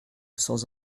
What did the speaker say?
sans